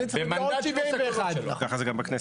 ככה זה גם בכנסת.